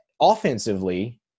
Offensively